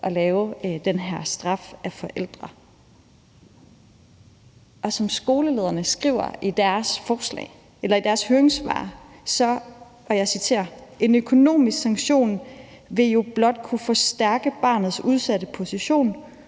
at lave den her straf af forældre. Skolelederforeningen skriver i deres høringssvar, og jeg citerer: »En økonomisk sanktion ... vil blot kunne forstærke barnets udsatte position.